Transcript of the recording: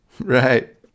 right